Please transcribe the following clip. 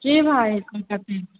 की भाव है कोन सबजी